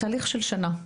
של שנה.